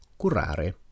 curare